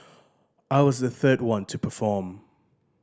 I was the third one to perform